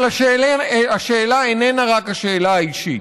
אבל השאלה איננה רק השאלה האישית,